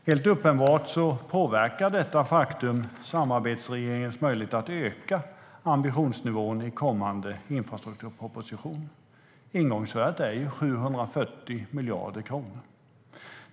Helt uppenbart påverkar detta faktum samarbetsregeringens möjlighet att öka ambitionsnivån i kommande infrastrukturproposition. Ingångsvärdet är 740 miljarder kronor.